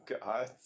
God